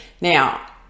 now